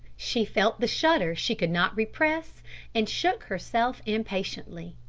she felt the shudder she could not repress and shook herself impatiently.